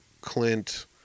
Clint